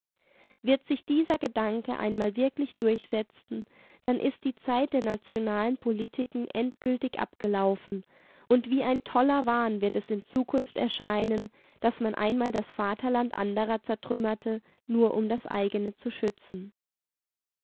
wird sich dieser gedanke einmal wirklich durchsetzen dann ist die zeit der nationalen politiken endgültig abgelaufen und wie ein toller wahn wird es in zukunft erscheinen daß man einmal das vaterland anderer zertrümmerte nur um das eigene zu schützen